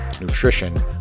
nutrition